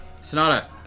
Sonata